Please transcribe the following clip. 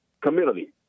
community